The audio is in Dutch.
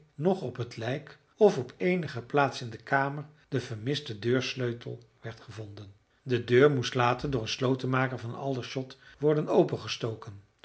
noch op het lijk of op eenige plaats in de kamer de vermiste deursleutel werd gevonden de deur moest later door een slotenmaker van aldershot worden